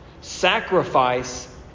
sacrifice